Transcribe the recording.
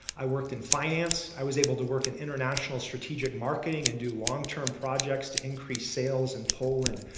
i worked in finance, i was able to work in international strategic marketing and do long-term projects to increase sales in poland,